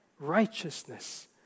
righteousness